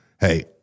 hey